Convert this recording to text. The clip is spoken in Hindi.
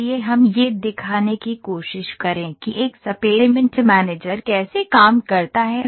आइए हम यह दिखाने की कोशिश करें कि एक्सपेरिमेंट मैनेजर कैसे काम करता है